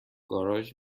گاراژ